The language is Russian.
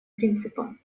принципом